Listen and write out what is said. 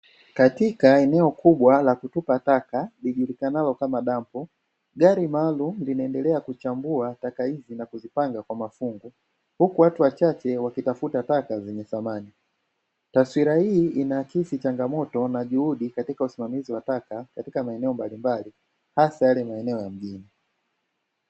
Katika eneo kubwa la kutupa taka lijulikanalo kama dampo, gari maalumu linaendelea kuzichambua taka hizi na kuzipanga kwa mafungu, huku watu wachache wakitafuta taka zenye thamani. Taswira hii inaakisi changamoto na juhudi katika usimamizi wa taka katika maeneo mbalimbali, hasa yale maeneo ya mjini.